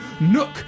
Nook